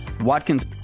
Watkins